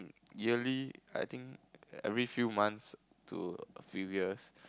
yearly I think every few months to a few years